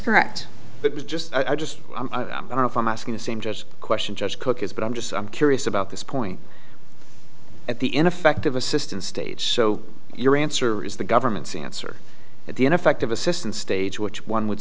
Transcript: correct but was just i just i'm from asking the same just question just cookies but i'm just i'm curious about this point at the ineffective assistance stage so your answer is the government's answer at the ineffective assistance stage which one would